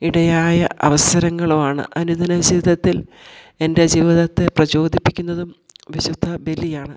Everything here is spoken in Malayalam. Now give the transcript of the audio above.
ഇടയായ അവസരങ്ങളുവാണ് അനുദിന ജീവിതത്തിൽ എൻ്റെ ജീവിതത്തെ പ്രചോദിപ്പിക്കുന്നതും വിശുദ്ധ ബലിയാണ്